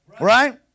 right